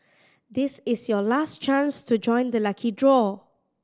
this is your last chance to join the lucky draw